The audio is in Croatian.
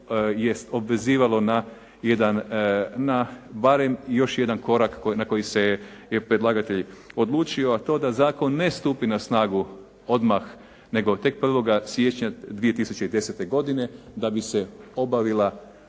na jedan, na barem još jedan korak na koji se je predlagatelj odlučio, a to da zakon ne stupi na snagu odmah, nego tek 1. siječnja 2010. godine da bi se obavila